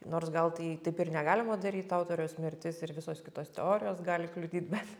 nors gal tai taip ir negalima daryt autoriaus mirtis ir visos kitos teorijos gali kliudyt bet